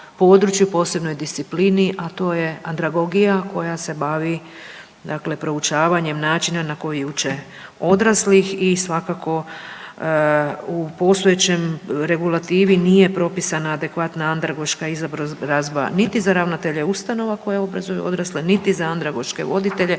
posebnoj disciplini, a to je andragogija koja se bavi proučavanjem načina na koji uče odrasli i svakako u postojećoj regulativi nije propisana adekvatna andragoška izobrazba niti za ravnatelje ustanova koji obrazuju odrasle niti za andragoške voditelje,